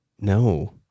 no